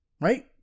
Right